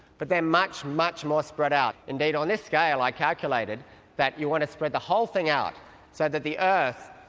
but they're much, much more spread out. indeed, on this scale i calculated that you want to spread the whole thing out so that the earth,